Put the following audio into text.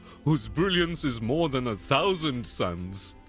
whose brilliance is more than a thousand suns!